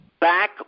back